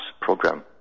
program